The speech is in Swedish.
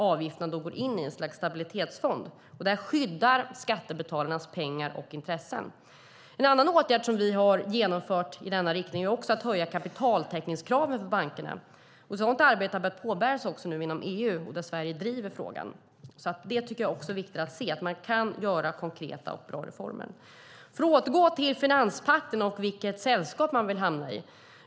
Avgifterna går in i en stabilitetsfond som skyddar skattebetalarnas pengar och intressen. En annan åtgärd är att vi har höjt kapitaltäckningskraven för bankerna. Ett sådant arbete har påbörjats inom EU, där Sverige driver frågan. Det är viktigt att se att man kan göra konkreta och bra reformer. Låt mig återgå till finanspakten och vilket sällskap man vill hamna i.